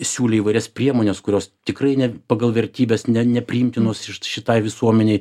siūlė įvairias priemones kurios tikrai ne pagal vertybes ne nepriimtinos šitai visuomenei